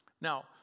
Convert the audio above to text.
Now